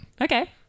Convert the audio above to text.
Okay